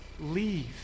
leave